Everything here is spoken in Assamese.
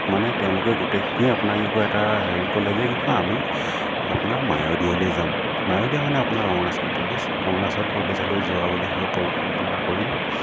মানে তেওঁলোকে গোটেইখিনিয়ে আপোনাৰ কি কয় এটা হেৰি ক'লে যে কি কয় আমি আপোনাৰ মায়'ডিয়ালৈ যাম মায়'দিয়া মানে আপোনাৰ অৰুণাচল প্ৰদেশ অৰুণাচল প্ৰদেশলৈ যোৱা বুলি কি কয় পৰিকল্পনা কৰিলোঁ